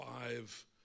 five